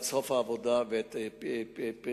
את סוף העבודה ואת פרקיה,